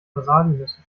wasabinüsse